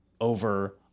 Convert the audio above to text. over